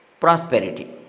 prosperity